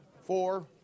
four